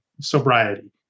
sobriety